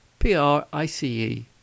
P-R-I-C-E